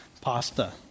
pasta